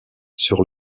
sur